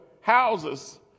houses